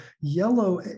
yellow